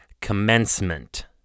commencement